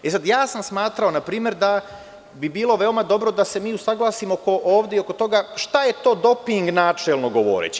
E sad, ja sam smatrao npr. da bi bilo veoma dobro da se mi usaglasimo ovde i oko toga šta je to doping načelno govoreći.